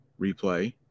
replay